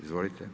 Izvolite.